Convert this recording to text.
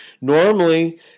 Normally